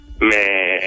Man